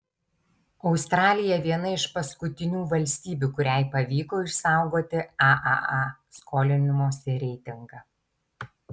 australija viena iš paskutinių valstybių kuriai pavyko išsaugoti aaa skolinimosi reitingą